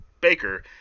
Baker